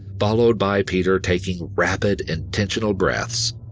followed by peter taking rapid, intentional breaths,